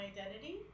identity